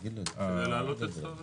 זה להעלות את שכר הטרחה.